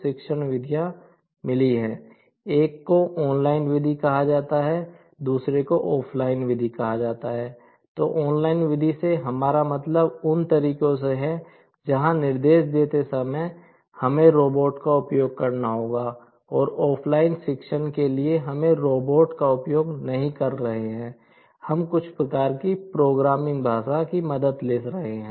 मूल रूप से हमें रोबोट का उपयोग नहीं कर रहे हैं हम कुछ प्रकार की प्रोग्रामिंग भाषा की मदद ले रहे हैं